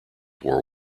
war